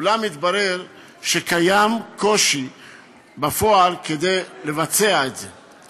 אולם התברר שקיים קושי בפועל לבצע את זה.